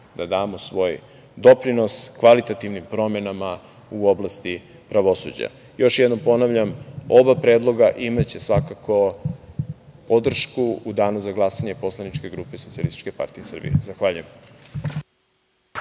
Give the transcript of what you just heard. da damo svoj doprinos kvalitativnim promenama u oblasti pravosuđa. Još jednom ponavljam, oba predloga imaće svakako podršku u danu za glasanje poslaničke grupe SPS. Zahvaljujem.